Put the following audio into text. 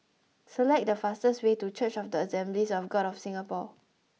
select the fastest way to Church of the Assemblies of God of Singapore